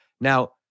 Now